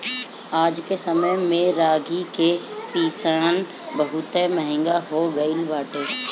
आजके समय में रागी के पिसान बहुते महंग हो गइल बाटे